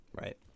Right